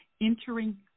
entering